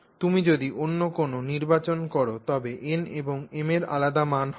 তুমি যদি অন্য কোনও নির্বাচন কর তবে n এবং m এর আলাদা মান হবে